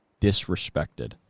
disrespected